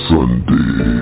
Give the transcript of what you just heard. Sunday